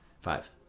Five